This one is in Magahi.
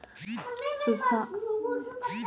सुशांत कल कैपुचिनो कॉफी पीबार जिद्द करवा लाग ले